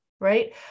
right